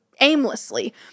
aimlessly